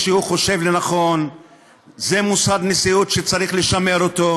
נופפי בלשונך ובאמונתך.